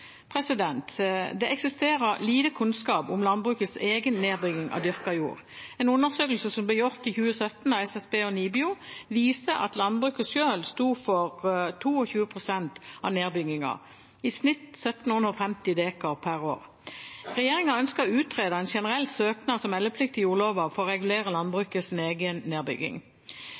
omdisponert. Det eksisterer lite kunnskap om landbrukets egen nedbygging av dyrket jord. En undersøkelse som ble gjort i 2017 av SSB og NIBIO, viser at landbruket selv sto for 22 pst. av nedbyggingen, i snitt 1 750 dekar per år. Regjeringen ønsket å utrede en generell søknads- og meldeplikt til jordloven for å regulere landbrukets egen nedbygging.